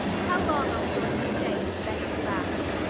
how long are we going to stay in the beggar class?